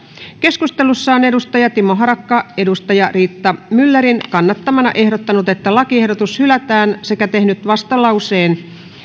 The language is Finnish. keskustelussa on timo harakka riitta myllerin kannattamana ehdottanut että lakiehdotus hylätään sekä tehnyt vastalauseen yksi